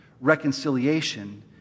reconciliation